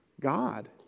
God